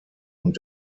und